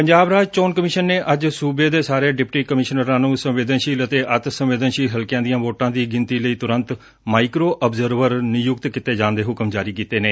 ਪੰਜਾਬ ਰਾਜ ਚੋਣ ਕਮਿਸ਼ਨ ਨੇ ਅੱਜ ਸੁਬੇ ਦੇ ਸਾਰੇ ਡਿਪਟੀ ਕਮਿਸ਼ਨਰਾਂ ਨੂੰ ਸੰਵੇਦਨਸ਼ੀਲ ਅਤੇ ਅਤਿ ਸੰਵੇਦਨਸ਼ੀਲ ਹਲਕਿਆਂ ਦੀਆਂ ਵੋਟਾਂ ਦੀ ਗਿਣਤੀ ਲਈ ਤੁਰੰਤ ਮਾਇਕਰੋ ਆਬਜ਼ਰਵਰ ਨਿਯੁਕਤ ਕੀਤੇ ਜਾਣ ਦੇ ਹੁਕਮ ਜਾਰੀ ਕੀਤੇ ਨੇ